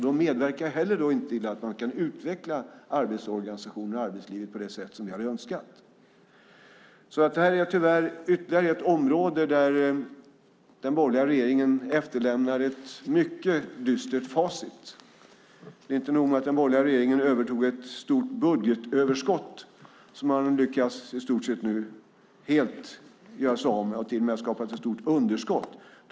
De medverkar då inte heller till att man kan utveckla arbetsorganisationen och arbetslivet på det sätt som vi hade önskat. Detta är tyvärr ytterligare ett område där den borgerliga regeringen efterlämnar ett mycket dystert facit. Det är inte nog med att den borgerliga regeringen övertog ett stort budgetöverskott som man i stort sett helt har lyckats göra sig av med och till och med skapa ett stort underskott.